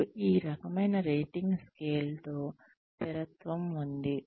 మరియు ఈ రకమైన రేటింగ్ స్కేల్లో స్థిరత్వం ఉంది